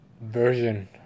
version